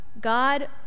God